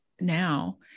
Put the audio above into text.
now